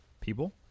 people